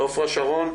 עפרה שרון?